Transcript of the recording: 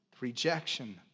rejection